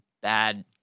bad